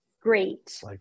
great